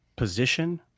position